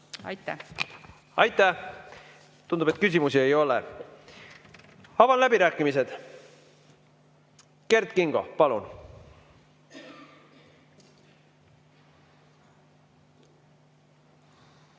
Aitäh! Aitäh! Tundub, et küsimusi ei ole. Avan läbirääkimised. Kert Kingo, palun!